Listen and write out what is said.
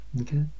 Okay